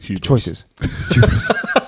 choices